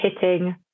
hitting